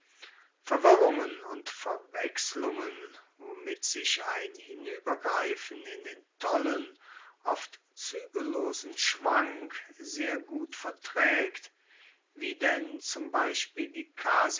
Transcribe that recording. verwirrungen und verwechslungen womit sich ein hinuebergreifen in den tollen oft zuegellosen schwank sehr gut vertraegt wie denn zum beispiel die